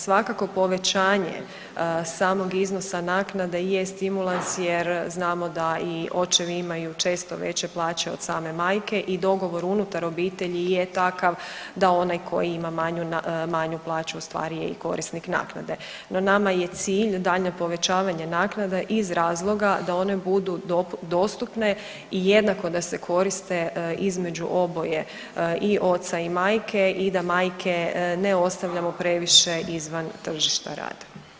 Svakako povećanje samog iznosa naknade je stimulans jer znamo da i očevi imaju često veće plaće od same majke i dogovor unutar obitelji je takav da onaj koji imaju manju plaću ustvari je i korisnik naknade no nama je cilj daljnje povećavanje naknada iz razloga da one budu dostupne i jednako da se koriste između oboje i oca i majke i da majke ne ostavljamo previše izvan tržišta rada.